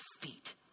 feet